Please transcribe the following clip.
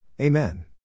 Amen